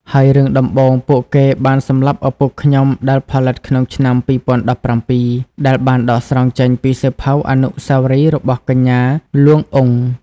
ហើយរឿងដំបូងពួកគេបានសម្លាប់ឪពុកខ្ញុំដែលផលិតក្នុងឆ្នាំ 2017 ដែលបានដកស្រង់ចេញពីសៀវភៅអនុស្សាវរីយ៍របស់កញ្ញា លួង អ៊ុង។